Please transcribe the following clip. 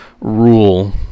rule